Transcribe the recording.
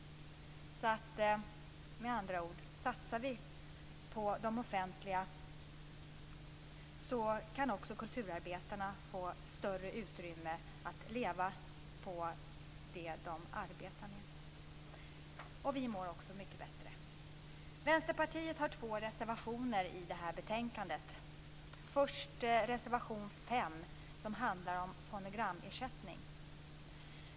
Med andra ord: Om vi satsar på det offentliga, kan kulturarbetarna få större utrymme att leva på det de arbetar med - och vi mår bättre. Vänsterpartiet har två reservationer fogade till betänkandet. Reservation nr 5 handlar om fonogramersättning.